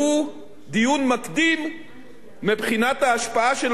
דיון מקדים מבחינת ההשפעה שלו על תקציב